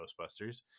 Ghostbusters